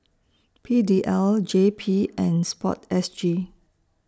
P D L J P and Sport S G